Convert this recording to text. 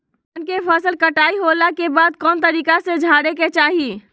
धान के फसल कटाई होला के बाद कौन तरीका से झारे के चाहि?